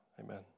Amen